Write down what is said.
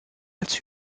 als